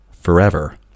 forever